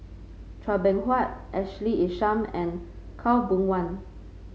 Chua Beng Huat Ashley Isham and Khaw Boon Wan